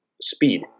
speed